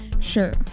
Sure